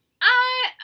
I-